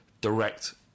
direct